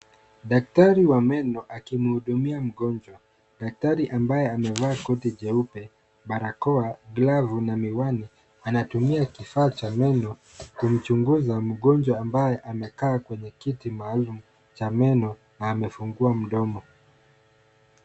Daktari wa meno akimhudumia mgonjwa. Daktari ambaye amevaa koti jeupe, barakoa, glavu na miwani anatumia kifaa cha meno kumchunguza mgonjwa ambaye amekaa kwenye kiti maalamu na amefungua mdomo.